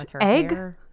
Egg